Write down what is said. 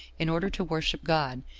in order to worship god,